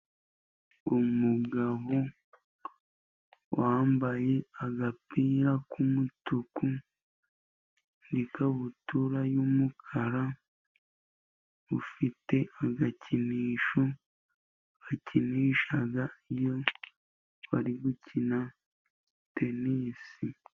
Umugabo wambaye agapira k'umutuku n'ikabutura y'umukara, ufite agakinisho bakinisha iyo bari gukina tenisi.